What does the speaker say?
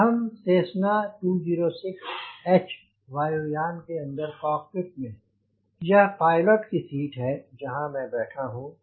अब हम Cessna 206 H वायुयान के अंदर कॉकपिट में हैं यह पायलट की सीट है जहां मैं बैठा हूँ